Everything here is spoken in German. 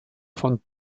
von